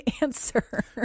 answer